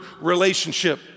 relationship